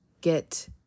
get